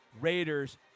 Raiders